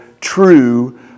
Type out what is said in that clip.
true